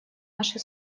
наши